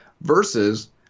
Versus